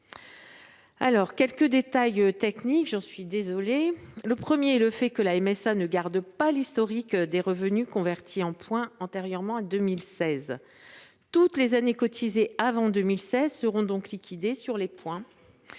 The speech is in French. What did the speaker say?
quelques détails techniques. Premièrement, la Mutualité sociale agricole (MSA) ne garde pas l’historique des revenus convertis en points antérieurement à 2016. Toutes les années cotisées avant 2016 seront donc liquidées sur les points,